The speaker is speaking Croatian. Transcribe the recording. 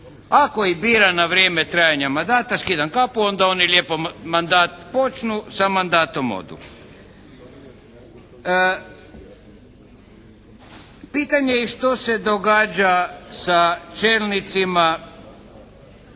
Ako ih bira na vrijeme trajanja mandata skidam kapu, onda oni lijepo mandat počnu, sa mandatom odu. Pitanje je što se događa sa čelnicima